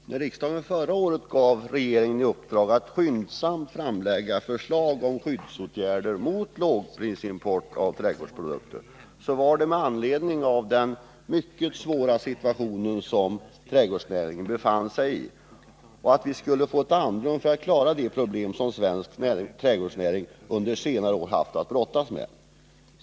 Fru talman! När riksdagen förra året gav regeringen i uppdrag att skyndsamt lägga fram förslag om skyddsåtgärder mot lågprisimport av trädgårdsprodukter skedde det med anledning av den mycket svåra situation som trädgårdsnäringen befann sig i. Avsikten var att vi skulle få ett andrum för att klara de problem som den svenska trädgårdsnäringen under senare år haft att brottas med.